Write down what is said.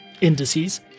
indices